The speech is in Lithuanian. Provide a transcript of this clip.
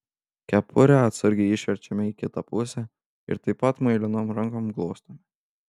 kepurę atsargiai išverčiame į kitą pusę ir taip pat muilinom rankom glostome